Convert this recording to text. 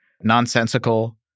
nonsensical